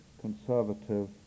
conservative